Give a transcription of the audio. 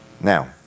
Now